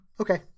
okay